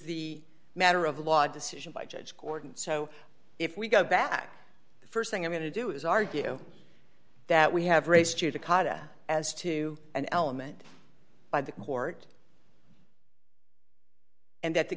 the matter of law decision by judge gordon so if we go back the st thing i'm going to do is argue that we have race judicata as to an element by the court and that the